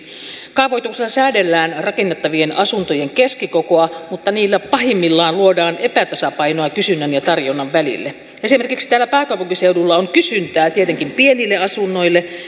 kaavoituksella säädellään rakennettavien asuntojen keskikokoa mutta niillä pahimmillaan luodaan epätasapainoa kysynnän ja tarjonnan välille esimerkiksi täällä pääkaupunkiseudulla on kysyntää tietenkin pienistä asunnoista